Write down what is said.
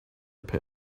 pay